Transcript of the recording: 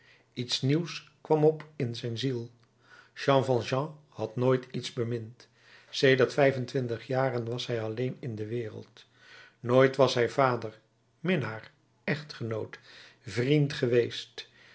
iets nieuws kwam op in zijn ziel jean valjean had nooit iets bemind sedert vijf en twintig jaren was hij alleen in de wereld nooit was hij vader minnaar echtgenoot vriend geweest